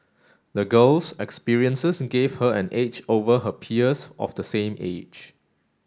the girl's experiences gave her an edge over her peers of the same age